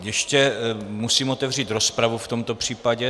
Ještě musím otevřít rozpravu v tomto případě.